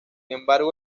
embargo